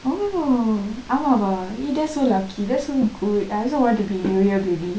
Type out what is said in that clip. oh ஆமாவா:aamaavaa eh that's so lucky that's so good I also want to be new year baby